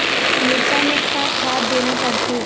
मिरचा मे का खाद देना पड़थे?